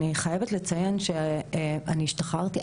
אני חייבת לציין שאני השתחררתי,